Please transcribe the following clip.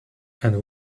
and